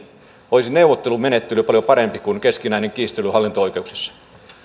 olisi neuvottelumenettely paljon parempi kuin keskinäinen kiistely hallinto oikeuksissa vielä